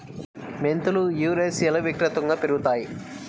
మెంతులు యురేషియాలో విస్తృతంగా పెరుగుతాయి